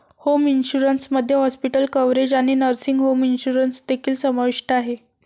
home insurance मध्ये hospital coverage आणि nursing home insurance देखील समाविष्ट आहे